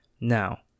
Now